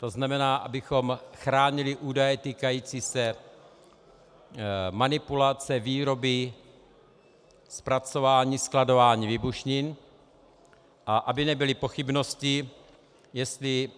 To znamená, abychom chránili údaje týkající se manipulace, výroby, zpracování, skladování výbušnin a aby nebyly pochybnosti, jestli